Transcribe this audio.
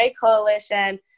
Coalition